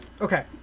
okay